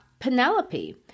Penelope